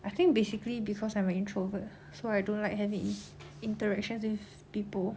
I think basically because I'm an introvert so I don't like having in~ interactions with people